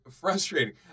frustrating